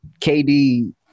KD